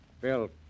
Bill